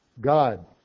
God